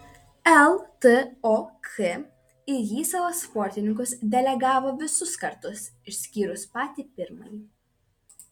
ltok į jį savo sportininkus delegavo visus kartus išskyrus patį pirmąjį